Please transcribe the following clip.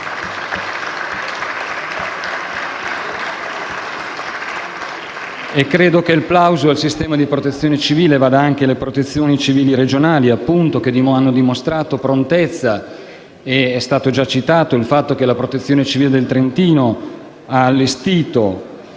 Credo che il plauso al Sistema di protezione civile vada, appunto, anche alle Protezioni civili regionali che hanno dimostrato prontezza: è stato già citato il fatto che la Protezione civile del Trentino ha allestito